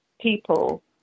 people